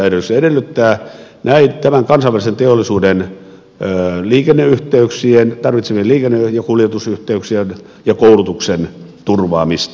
se edellyttää tämän kansainvälisen teollisuuden tarvitsemien liikenne ja kuljetusyhteyksien ja koulutuksen turvaamista